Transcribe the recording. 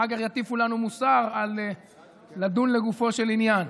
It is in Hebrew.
אחר כך יטיפו לנו מוסר על לדון לגופו של עניין.